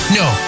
no